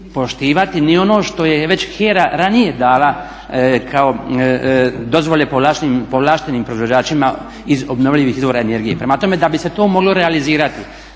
ispoštivati ni ono što je već HERA već ranije dala kao dozvole povlaštenim proizvođačima iz obnovljivih izvora energije. Prema tome da bi se to moglo realizirati